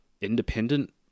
independent